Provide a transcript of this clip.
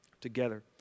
together